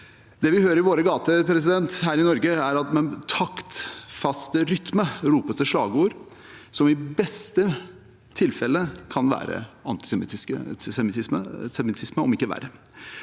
Det vi hører i våre gater her i Norge, er at det med taktfast rytme ropes slagord som i beste fall kan være antisemittisme, om ikke verre.